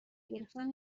گرفتن